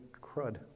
crud